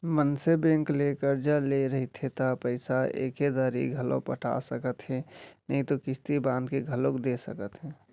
मनसे बेंक ले करजा ले रहिथे त पइसा एके दरी घलौ पटा सकत हे नइते किस्ती बांध के घलोक दे सकथे